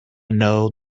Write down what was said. know